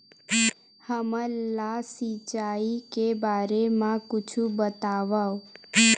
हमन ला सिंचाई के बारे मा कुछु बतावव?